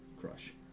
crush